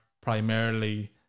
primarily